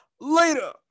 Later